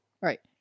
Right